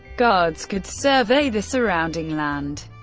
guards could survey the surrounding land.